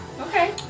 Okay